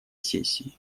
сессии